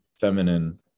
feminine